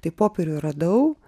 tai popierių radau